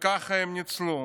וככה הם ניצלו.